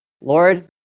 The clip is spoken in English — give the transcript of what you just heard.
Lord